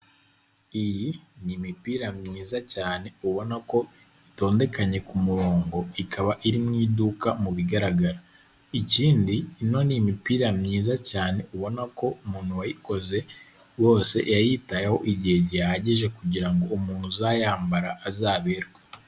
Iyi ni imipira myiza cyane, ubona ko itondekanye ku murongo, ikaba iri mu iduka mu bigaragara. Ikindi ino ni imipira myiza cyane ubona ko umuntu wayikoze, rwose yayitayeho igihe gihagije kugira ngo umuntu uzayambara azaberwe.